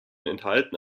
enthalten